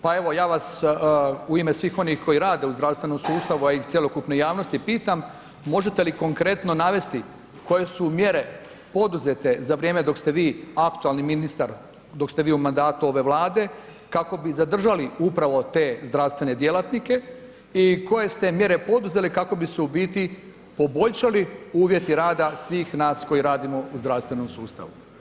Pa evo ja vas u ime svih onih koji rade u zdravstvenom sustavu a i cjelokupne javnosti pitam možete li konkretno navesti koje su mjere poduzete za vrijeme dok ste vi aktualni ministar, dok ste vi u mandatu ove Vlade kako bi zadržali upravo te zdravstvene djelatnike i koje ste mjere poduzeli kako bi se u biti poboljšali uvjeti rada svih nas koji radimo u zdravstvenom sustavu.